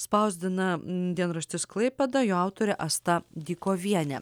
spausdina dienraštis klaipėda jo autorė asta dykovienė